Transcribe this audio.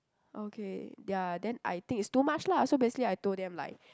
okay ya then I think it's too much lah so basically I told them like